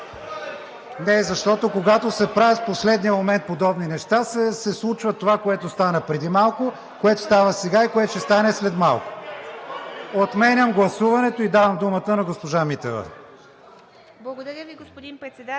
Не, защото, когато се правят в последния момент подобни неща, се случва това, което стана преди малко, което става сега и което ще стане след малко. Отменям гласуването и давам думата на госпожа Митева.